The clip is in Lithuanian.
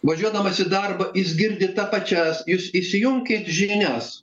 važiuodamas į darbą jis girdi ta pačias jūs įsijunkit žinias